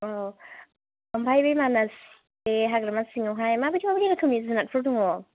अ ओमफ्राय बे मानास बे हाग्रामा सिङावहाय माबायदि माबायदि रोखोमनि जुनारफोर दङ